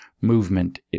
movement